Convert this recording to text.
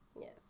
Yes